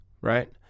right